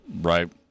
right